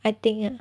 I think lah